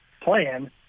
plan